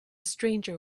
stranger